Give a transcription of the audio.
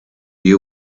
you